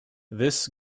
this